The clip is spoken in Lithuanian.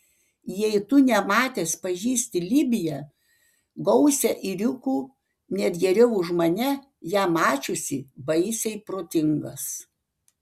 jei tu nematęs pažįsti libiją gausią ėriukų net geriau už mane ją mačiusį baisiai protingas